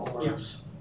Yes